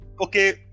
okay